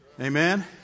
Amen